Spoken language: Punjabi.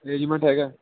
ਅਰੇਂਜਮੈਂਟ ਹੈਗਾ